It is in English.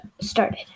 started